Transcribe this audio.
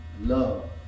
love